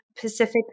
Pacific